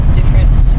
different